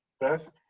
beth